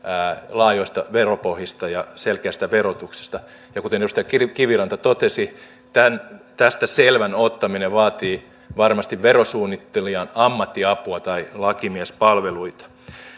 laajoista veropohjista ja selkeästä verotuksesta ja kuten edustaja kiviranta totesi tästä selvän ottaminen vaatii varmasti verosuunnittelijan ammattiapua tai lakimiespalveluita